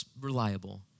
reliable